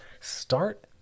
start